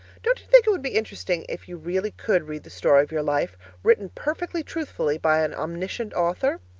don't you think it would be interesting if you really could read the story of your life written perfectly truthfully by an omniscient author?